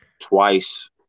twice